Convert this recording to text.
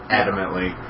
adamantly